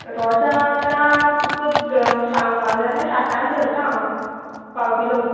रोजां आतां तुका सांगपाक जाल्यार साठान धरता हांव पाव किलो